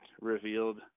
revealed